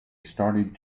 started